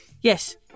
Yes